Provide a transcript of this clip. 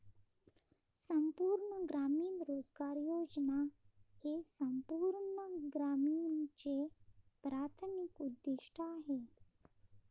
संपूर्ण ग्रामीण रोजगार योजना हे संपूर्ण ग्रामीणचे प्राथमिक उद्दीष्ट आहे